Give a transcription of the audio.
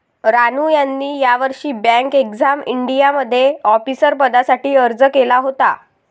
रानू यांनी यावर्षी bank exam इंडियामध्ये ऑफिसर पदासाठी अर्ज केला होता